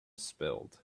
spilled